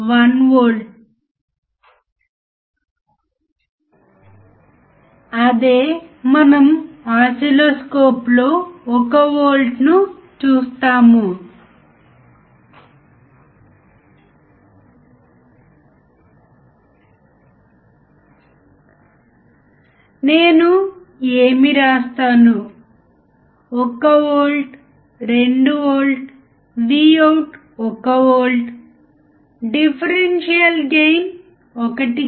output speaker వద్ద ఉంది కాబట్టి అక్కడ మనకు వోల్టేజ్ ఫాలోయర్ అవసరం అదే మనం ప్రస్తుతం నేర్చుకుంటున్నాము వోల్టేజ్ ఫాలోయర్ సర్క్యూట్ ఎలా పనిచేస్తుంది